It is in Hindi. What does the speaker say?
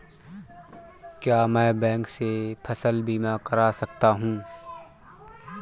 क्या मैं बैंक से फसल बीमा करा सकता हूँ?